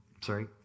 sorry